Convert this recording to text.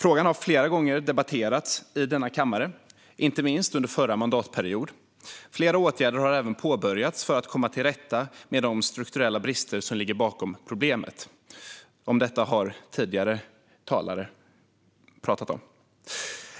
Frågan har flera gånger debatterats i denna kammare, inte minst under förra mandatperioden. Flera åtgärder har påbörjats för att komma till rätta med de strukturella brister som ligger bakom problemet. Detta har tidigare talare tagit upp.